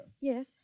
Yes